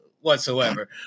whatsoever